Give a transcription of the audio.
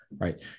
right